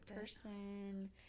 person